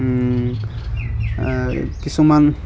কিছুমান